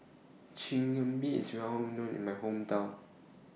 Chigenabe IS Well known in My Hometown